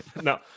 No